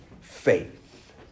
faith